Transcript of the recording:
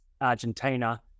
Argentina